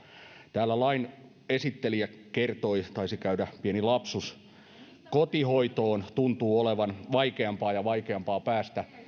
täällä lain esittelijä kertoi taisi käydä pieni lapsus että kotihoitoon tuntuu olevan vaikeampaa ja vaikeampaa päästä